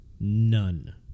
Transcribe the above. none